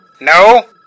No